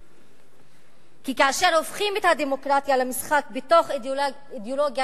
כי כאשר הופכים את הדמוקרטיה למשחק בתוך אידיאולוגיה